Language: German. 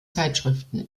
zeitschriften